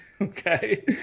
okay